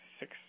six